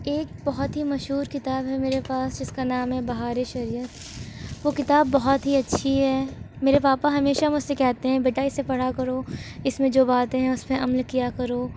ایک بہت ہی مشہور کتاب ہے میرے پاس جس کا نام ہے بہار شریعت وہ کتاب بہت ہی اچھی ہے میرے پاپا ہمیشہ مجھ سے کہتے ہیں بیٹا اسے پڑھا کرو اس میں جو باتیں ہیں اس پہ عمل کیا کرو